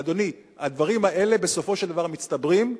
אדוני, הדברים האלה בסופו של דבר מצטברים,